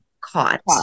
caught